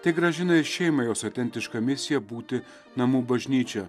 tai grąžina į šeimą jos autentišką misiją būti namų bažnyčia